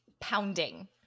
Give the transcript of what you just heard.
Pounding